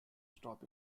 stop